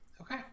Okay